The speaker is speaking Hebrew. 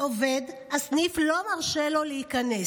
והסניף לא מרשה לו להיכנס?